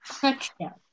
touchdown